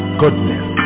goodness